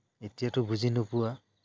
এতিয়াতো বুজি নোপোৱা